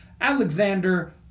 Alexander